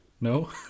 No